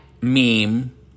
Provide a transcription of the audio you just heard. meme